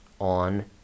on